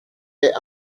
est